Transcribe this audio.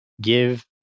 give